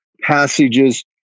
passages